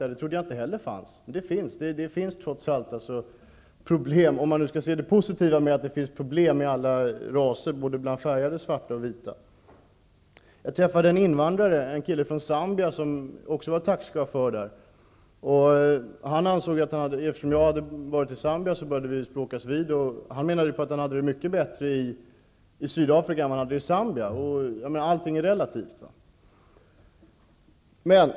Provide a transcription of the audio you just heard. Det trodde jag inte heller fanns. Men det finns problem hos alla raser; färgade, svarta och vita. Jag träffade en invandrare, en kille från Zambia, som också var taxichaufför. Eftersom jag hade varit i Zambia började vi språkas vid. Han menade att han hade det mycket bättre i Sydafrika än i Zambia. Allting är ju relativt.